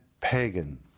pagan